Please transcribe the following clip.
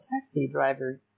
taxi-driver